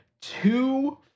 two